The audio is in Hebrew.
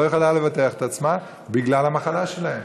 יכולה לבטח את עצמה בגלל המחלה שלהם?